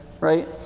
right